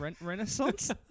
renaissance